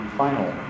final